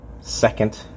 second